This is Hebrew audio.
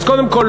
אז קודם כול,